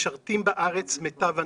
משרתים בארץ מיטב הנוער,